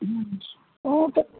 ਹਾਂਜੀ ਉਹ ਤਾਂ